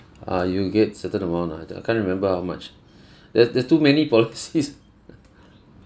ah you get certain amount ah I don't I can't remember how much there there're too many policies